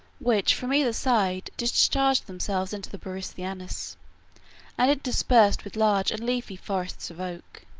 which, from either side, discharge themselves into the borysthenes and interspersed with large and leafy forests of oaks.